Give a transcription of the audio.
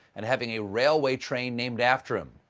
and having a railway train named after him.